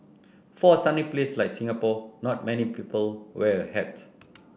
for a sunny place like Singapore not many people wear a hat